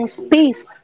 space